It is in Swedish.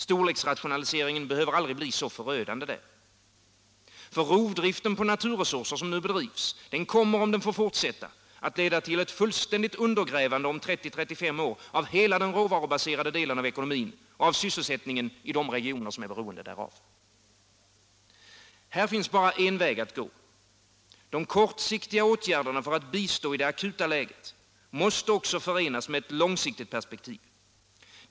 Storleksrationaliseringen behöver aldrig bli så förödande där. Rovdriften på naturresurser kommer, om den får fortsätta, att leda till ett fullständigt undergrävande om 30-35 år av hela den råvarubaserade delen av ekonomin och av sysselsättningen i de regioner som är beroende därav. Här finns bara en väg att gå. De kortsiktiga åtgärderna för att bistå i det akuta läget måste också förenas med ett långsiktigt perspektiv.